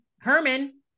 Herman